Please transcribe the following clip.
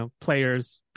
players